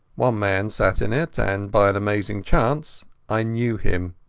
one man sat in it, and by an amazing chance i knew him.